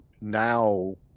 now